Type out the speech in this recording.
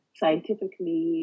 scientifically